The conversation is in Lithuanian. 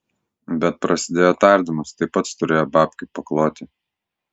bet prasidėjo tardymas tai pats turėjo babkių pakloti